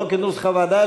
לא כנוסח הוועדה,